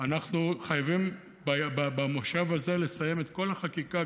אנחנו חייבים במושב הזה לסיים את כל החקיקה,